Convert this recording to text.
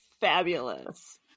fabulous